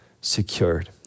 secured